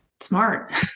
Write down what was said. Smart